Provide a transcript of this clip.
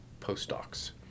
postdocs